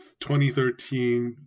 2013